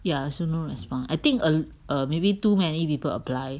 ya so no response I think err err maybe too many people apply